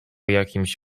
jakimś